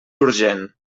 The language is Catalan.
urgent